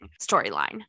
storyline